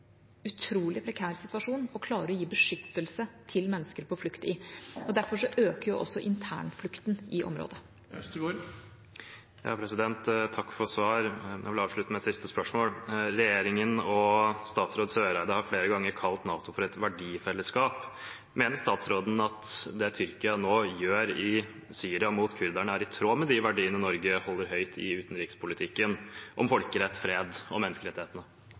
utrolig prekær situasjon å klare å gi beskyttelse til mennesker på flukt i. Derfor øker også internflukten i området. Takk for svaret. Jeg vil avslutte med et siste spørsmål. Regjeringen og utenriksminister Eriksen Søreide har flere ganger kalt NATO for et verdifellesskap. Mener utenriksministeren at det Tyrkia nå gjør i Syria mot kurderne, er i tråd med de verdiene Norge holder høyt i utenrikspolitikken – folkerett, fred og menneskerettighetene?